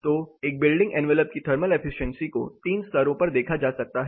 तो एक building envelope की थर्मल एफिशिएंसी को 3 स्तरों पर देखा जा सकता है